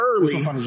early